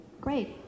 Great